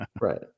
Right